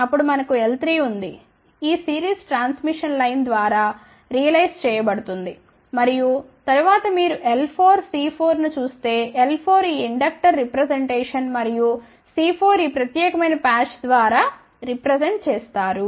అప్పుడు మనకు L3ఉంది ఇది ఈ సీరీస్ ట్రాన్స్మిషన్ లైన్ ద్వారా రియలైజ్ చేయబడుతుంది మరియు తరువాత మీరు L4 C4 ను చూస్తే L4 ఈ ఇండక్టర్ రిప్రజంటేషన్ మరియు C4 ఈ ప్రత్యేకమైన పాచ్ ద్వారా రిప్రజెంట్ చేస్తారు